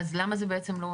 זה עוד לא נחתם.